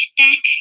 back